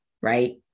Right